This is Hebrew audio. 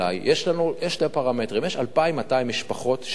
יש שני פרמטרים: יש 2,200 משפחות שממתינות.